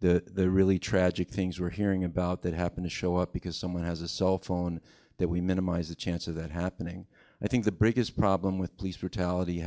the really tragic things we're hearing about that happen to show up because someone has a cell phone that we minimize the chance of that happening i think the biggest problem with police brutality